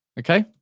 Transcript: okay,